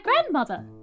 grandmother